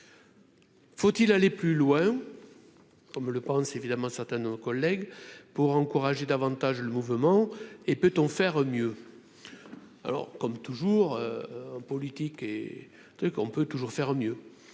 faut-il aller plus loin, comme le pense évidemment certains un collègues pour encourager davantage le mouvement et peut-on faire mieux, alors, comme toujours, en politique, et tout ce qu'on peut toujours faire mieux,